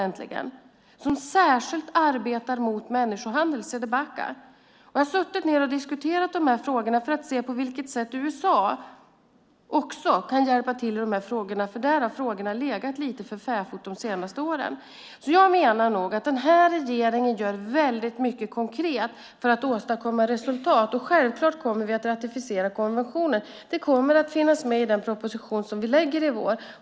Luis C de Baca arbetar särskilt mot människohandel, och jag har suttit ned och diskuterat dessa frågor med honom för att se på vilket sätt också USA kan hjälpa till. Där har frågorna nämligen legat lite för fäfot de senaste åren. Jag menar alltså att den här regeringen gör väldigt mycket konkret för att åstadkomma resultat, och självklart kommer vi att ratificera konventionen. Det kommer att finnas med i den proposition vi lägger fram i vår.